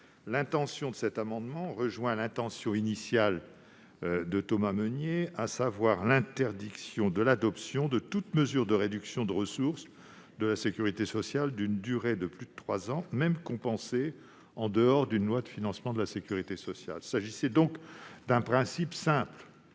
l'intention initiale de notre collègue député Thomas Mesnier : interdire l'adoption de toute mesure de réduction de ressources de la sécurité sociale d'une durée de plus de trois ans, même compensée, en dehors d'une loi de financement de la sécurité sociale. Il s'agissait là d'un principe simple,